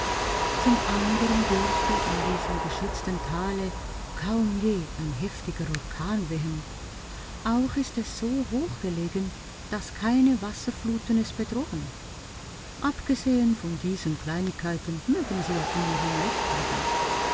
zum andern dürfte in diesem geschützten tale kaum je ein heftiger orkan wehen auch ist es so hoch gelegen daß keine wasserfluten es bedrohen abgesehen von diesen kleinigkeiten mögen sie ja immerhin recht haben